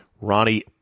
Ronnie